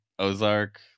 ozark